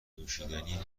نوشیدنی